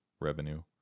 revenue